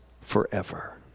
forever